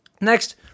Next